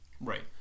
Right